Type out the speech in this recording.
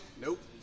Nope